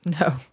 No